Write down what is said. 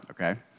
okay